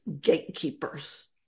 gatekeepers